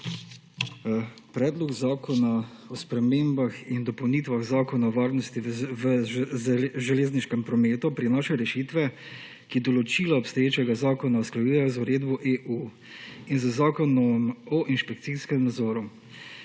Predlog zakona o spremembah in dopolnitvah Zakona o varnosti v železniškem prometu prinaša rešitve, ki določila obstoječega zakona usklajujejo z uredbo EU in z Zakonom o inšpekcijskem nadzoru.